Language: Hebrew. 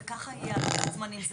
זה ככה יהיה לוח הזמנים.